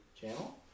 channel